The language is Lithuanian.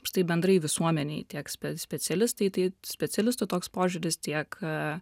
štai bendrai visuomenėj tiek specialistai tai specialistų toks požiūris tiek